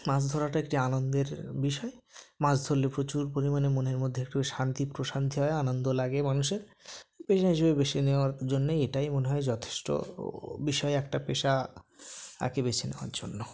মাছ ধরাটা একটি আনন্দের বিষয় মাছ ধরলে প্রচুর পরিমাণে মনের মধ্যে একটু শান্তি প্রশান্তি হয় আনন্দ লাগে মানুষের পেশা হিসেবে বেছে নেওয়ার জন্যে এটাই মনে হয় যথেষ্ট বিষয় একটা পেশা আর কি বেছে নেওয়ার জন্য